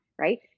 right